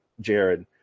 Jared